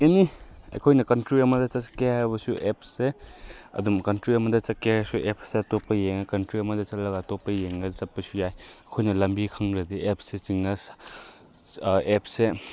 ꯑꯦꯅꯤ ꯑꯩꯈꯣꯏꯅ ꯀꯟꯇ꯭ꯔꯤ ꯑꯃꯗ ꯆꯠꯀꯦ ꯍꯥꯏꯔꯕꯁꯨ ꯑꯦꯞꯁꯦ ꯑꯗꯨꯝ ꯀꯟꯇ꯭ꯔꯤ ꯑꯃꯗ ꯆꯠꯀꯦ ꯍꯥꯏꯔꯁꯨ ꯑꯦꯞꯁꯦ ꯑꯇꯣꯞꯄ ꯌꯦꯡꯉꯒ ꯀꯟꯇ꯭ꯔꯤ ꯑꯃꯗ ꯆꯠꯂꯒ ꯑꯇꯣꯞꯄ ꯌꯦꯡꯉꯒ ꯆꯠꯄꯁꯨ ꯌꯥꯏ ꯑꯩꯈꯣꯏꯅ ꯂꯝꯕꯤ ꯈꯪꯗ꯭ꯔꯗꯤ ꯑꯦꯞꯁ ꯑꯦꯞꯁꯁꯦ